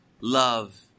love